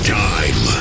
time